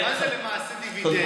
מה זה למעשה דיבידנד?